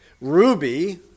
Ruby